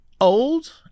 old